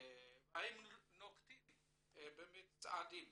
והאם נוקטים באמת צעדים